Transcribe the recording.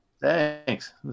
thanks